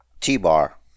T-Bar